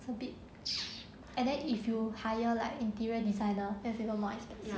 stupid and then if you hire like interior designer that's even more expensive